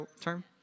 term